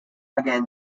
again